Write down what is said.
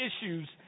issues